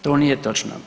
To nije točno.